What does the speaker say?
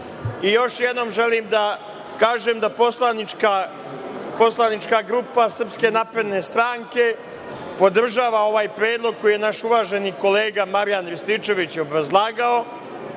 ovim. Još jednom želim da kažem da poslanička grupa SNS podržava ovaj predlog koji je naš uvaženi kolega Marijan Rističević obrazlagao